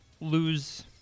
lose